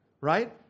right